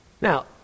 Now